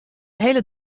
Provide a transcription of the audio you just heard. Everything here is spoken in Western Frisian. hiele